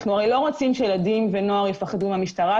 אנחנו לא רואים שילדים ונוער יפחדו מהמשטרה,